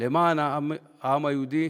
למען העם היהודי,